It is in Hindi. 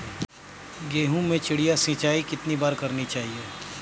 गेहूँ में चिड़िया सिंचाई कितनी बार करनी चाहिए?